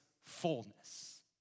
fullness